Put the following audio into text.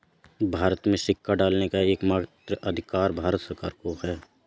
भारत में सिक्का ढालने का एकमात्र अधिकार भारत सरकार को है